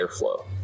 airflow